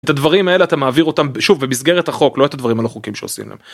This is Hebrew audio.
את הדברים האלה אתה מעביר אותם שוב במסגרת החוק לא את הדברים הלא חוקיים שעושים להם.